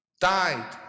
died